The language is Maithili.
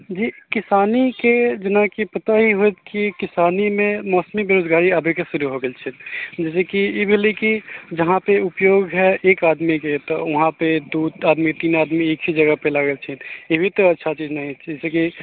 जी किसानीके जेना कि पता ही होयत कि किसानीमे मौसमी बेरोजगारी अबैके शुरू भए गेलै जैसे कि ई भेलै कि जहाँपर उपयोग हए एक आदमीके तऽ वहाँपर दू आदमी तीन आदमी एक ही जगहपर लागल छथि ये भी तऽ अच्छा चीज नहि छै जैसेकि